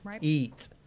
eat